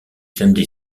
samedi